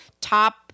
top